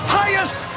highest